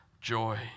joy